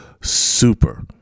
super